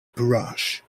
brush